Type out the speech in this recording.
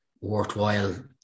worthwhile